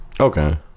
okay